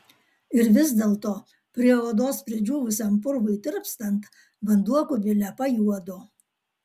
ir vis dėlto prie odos pridžiūvusiam purvui tirpstant vanduo kubile pajuodo